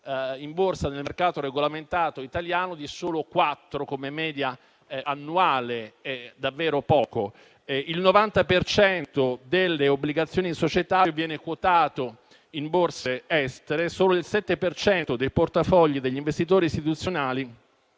in borsa nel mercato regolamentato italiano; come media annuale è davvero poco. Il 90 per cento delle obbligazioni societarie viene quotato in borse estere e solo il 7 per cento dei portafogli degli investitori istituzionali